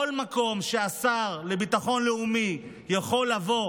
כל מקום שהשר לביטחון לאומי יכול לבוא